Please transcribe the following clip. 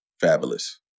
Fabulous